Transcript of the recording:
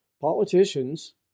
politicians